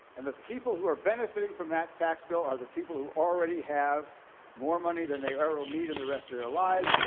and the people who are benefiting from that tax bill are the people who already have more money than they ever will need in the rest of their lives.